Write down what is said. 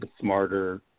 smarter